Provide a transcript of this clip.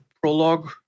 prologue